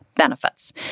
Benefits